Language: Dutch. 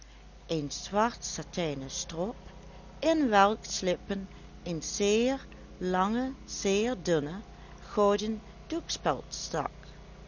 een zwartsatijnen strop in welks slippen een zeer lange zeer dunne gouden doekspeld stak